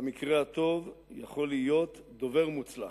במקרה הטוב, יכול להיות דובר מוצלח,